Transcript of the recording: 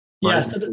Yes